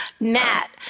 Matt